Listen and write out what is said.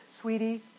sweetie